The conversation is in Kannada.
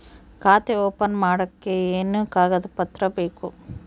ಖಾತೆ ಓಪನ್ ಮಾಡಕ್ಕೆ ಏನೇನು ಕಾಗದ ಪತ್ರ ಬೇಕು?